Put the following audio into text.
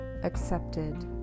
accepted